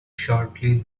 shortly